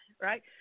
right